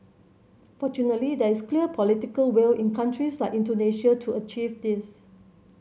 fortunately there is clear political will in countries like Indonesia to achieve this